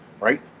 right